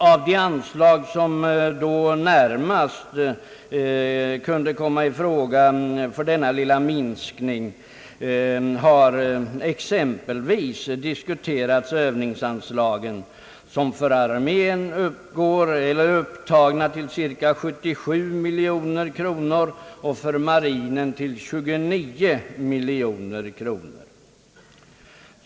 Av de anslag som då närmast kunde komma i fråga för denna lilla minskning har exempelvis diskuterats övningsanslagen, som för armén är upptagna till cirka 77 miljoner kronor och för marinen till 29 miljoner kronor.